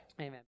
Amen